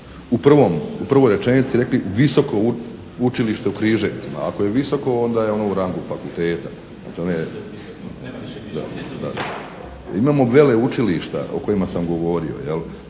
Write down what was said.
kao u prvoj rečenici rekli Visoko učilište u Križevcima. Ako je visoko onda je ono u rangu fakulteta. Prema tome, da, da. Imamo veleučilišta o kojima sam govorio. Ako